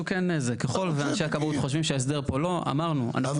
ככל והכבאות חושבים שההסדר פה לא --- איציק,